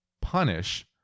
punish